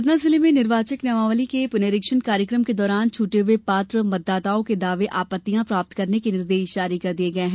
सतना जिले में निर्वाचक नामावली के पुनरीक्षण कार्यक्रम के दौरान छूटे हुए पात्र मतदाताओं के दावे आपत्तियां प्राप्त करने के निर्देश जारी कर दिये हैं